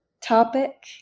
topic